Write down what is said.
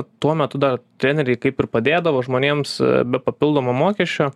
tuo metu dar treneriai kaip ir padėdavo žmonėms be papildomo mokesčio